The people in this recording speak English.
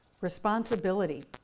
responsibility